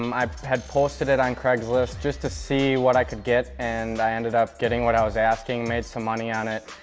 um i had posted it on craigslist just to see what i could get and i ended up getting what i was asking. made some money on it.